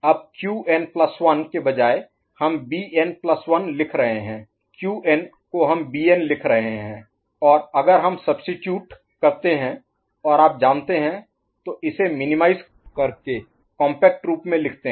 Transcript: अब Qn plus 1 Qn1 के बजाय हम Bn plus 1 Bn1 लिख रहे हैं Qn को हम Bn लिख रहे हैं और अगर हम सबस्टीट्यूट Substitute स्थानापन्न करते हैं और आप जानते हैं तो इसे मिनीमाइज करके कॉम्पैक्ट रूप में लिखते हैं